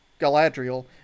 Galadriel